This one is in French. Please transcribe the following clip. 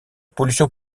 pollution